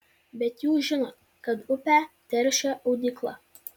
bet jūs žinot kad upę teršia audykla